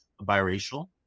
biracial